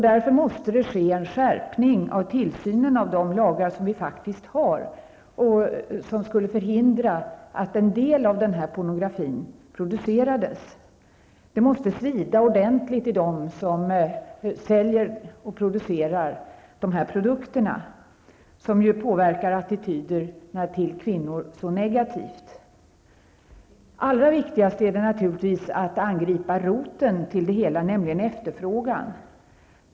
Därför måste det ske en skärpning av tillsynen av de lagar som vi faktiskt har och som skulle förhindra att en del av den här pornografin producerades. Det måste svida ordentligt i dem som producerar och säljer de här produkterna, som ju påverkar attityderna till kvinnor så negativt. Allra viktigast är det naturligtvis att angripa roten till det hela, nämligen efterfrågan.